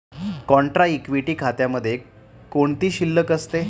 Contra equity खात्यामध्ये कोणती शिल्लक असते?